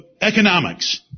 economics